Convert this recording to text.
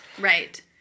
right